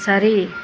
சரி